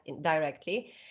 directly